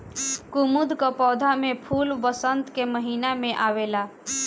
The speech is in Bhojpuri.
कुमुद कअ पौधा में फूल वसंत के महिना में आवेला